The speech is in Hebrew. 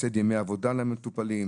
הפסד ימי עבודה למטופלים,